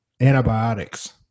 antibiotics